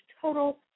total